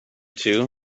two